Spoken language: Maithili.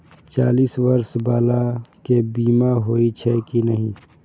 चालीस बर्ष बाला के बीमा होई छै कि नहिं?